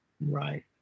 Right